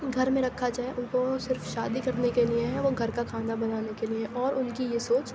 گھر میں رکھا جائے ان کو صرف شادی کرنے کے لیے ہیں وہ گھر کا کھانا بنانے کے لیے ہیں اور ان کی یہ سوچ